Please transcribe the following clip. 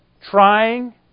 Trying